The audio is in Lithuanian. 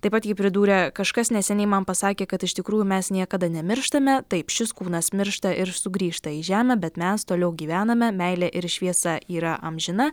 taip pat ji pridūrė kažkas neseniai man pasakė kad iš tikrųjų mes niekada nemirštame taip šis kūnas miršta ir sugrįžta į žemę bet mes toliau gyvename meilė ir šviesa yra amžina